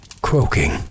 croaking